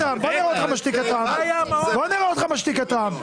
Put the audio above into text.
אז תשתיק את רם, בוא נראה אותך משתיק את רם.